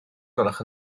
gwelwch